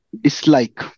dislike